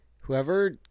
Whoever